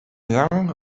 young